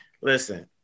Listen